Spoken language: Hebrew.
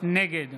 נגד